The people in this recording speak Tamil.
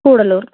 கூடலூர்